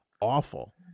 awful